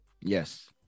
Yes